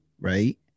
right